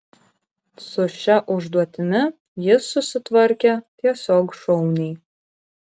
su šia užduotimi jis susitvarkė tiesiog šauniai